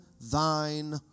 thine